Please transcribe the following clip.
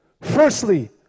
Firstly